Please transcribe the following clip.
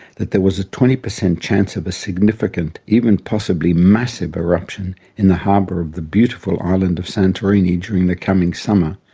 that there was a twenty percent chance of a significant, even possibly massive, eruption in the harbour of the beautiful island of santorini during the coming summer,